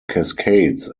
cascades